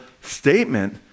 statement